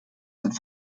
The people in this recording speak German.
sind